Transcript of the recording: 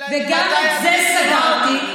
וגם את זה סגרתי.